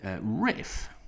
riff